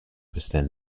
within